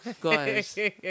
Guys